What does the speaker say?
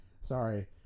sorry